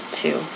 two